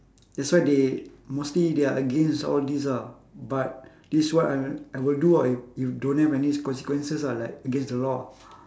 that's why they mostly they are against all these ah but this is what I'll I will do ah if if don't have any consequences ah like against the law